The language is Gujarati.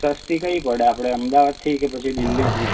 સસ્તી કઈ પડે આપણે અમદાવાદથી કે પછી દિલ્લીથી